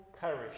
perish